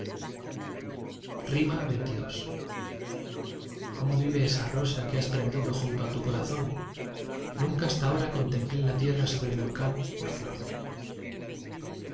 xxii cómo vive esa rosa que has prendido junto á tu corazón nunca hasta ahora contemplé en la tierra sobre el volcán la flor